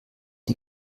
die